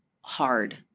hard